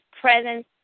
presence